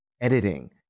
editing